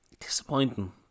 disappointing